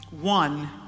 one